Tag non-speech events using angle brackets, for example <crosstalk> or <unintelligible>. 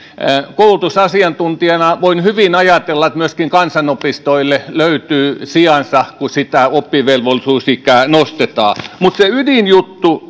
koulutusasiantuntijana voin hyvin ajatella että myöskin kansanopistoille löytyy sijansa kun sitä oppivelvollisuusikää nostetaan mutta se ydinjuttu <unintelligible>